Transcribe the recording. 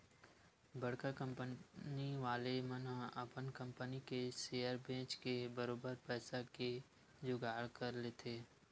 बड़का कंपनी वाले मन ह अपन कंपनी के सेयर बेंच के बरोबर पइसा के जुगाड़ कर लेथे